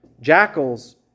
jackals